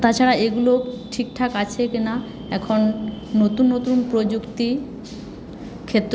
তাছাড়া এগুলো ঠিকঠাক আছে কিনা এখন নতুন নতুন প্রযুক্তিক্ষেত্র